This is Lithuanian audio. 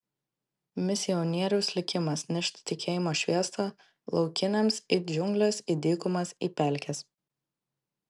misionieriaus likimas nešti tikėjimo šviesą laukiniams į džiungles į dykumas į pelkes